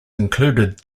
included